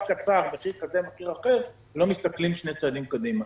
קצר של מחיר כזה ומחיר אחר מבלי להסתכל שני צעדים קדימה.